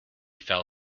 fell